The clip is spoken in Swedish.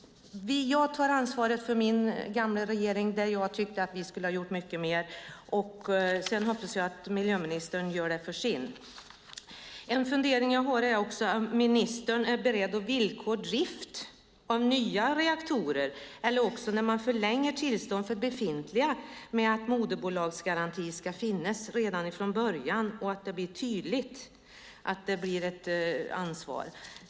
Jag tar ansvar för min gamla regering och att vi skulle ha gjort mer, och sedan hoppas jag att miljöministern tar ansvar för sin regering. Är ministern beredd att villkora drift av nya reaktorer, att när tillstånd förlängs för befintliga reaktorer ska moderbolagsgaranti finnas redan från början och att det ska vara tydligt att det blir ett ansvar?